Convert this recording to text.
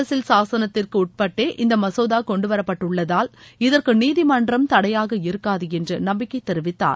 அரசியல் சாசனத்திற்கு உட்பட்டே இந்த மசோதா கொண்டுவரப்பட்டுள்ளதால் இதற்கு நீதிமன்றம் தடையாக இருக்காது என்று நம்பிக்கை தெரிவித்தார்